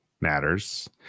Matters